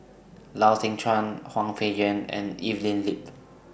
Lau Teng Chuan Hwang Peng Yuan and Evelyn Lip